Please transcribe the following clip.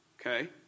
okay